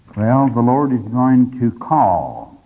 the lord is going to call